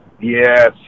yes